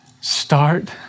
Start